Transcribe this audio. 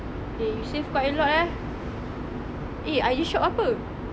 eh you save quite a lot eh eh I_G shop apa